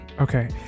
Okay